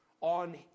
on